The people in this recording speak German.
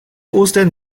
ostern